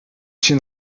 się